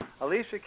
Alicia